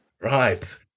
Right